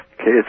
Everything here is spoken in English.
Okay